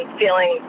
feeling